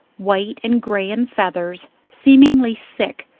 white and grey in feathers, seemingly sick,